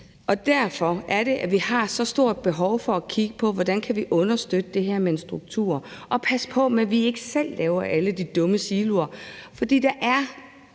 Derfor har vi så stort et behov for at kigge på, hvordan vi kan understøtte det her med en struktur, og vi skal passe på med, at vi ikke selv laver alle de dumme siloer. For der er